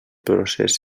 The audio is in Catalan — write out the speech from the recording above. procés